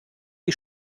die